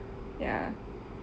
ya